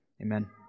Amen